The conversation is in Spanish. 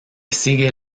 sigue